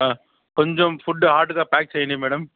కొంచెం ఫుడ్డు హాట్గా ప్యాక్ చెయ్యండి మేడం